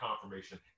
confirmation